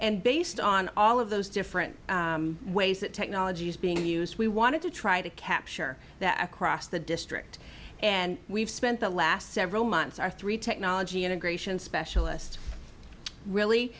and based on all of those different ways that technology is being used we wanted to try to capture that across the district and we've spent the last several months our three technology integration specialists really